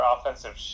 offensive